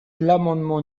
l’amendement